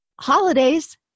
holidays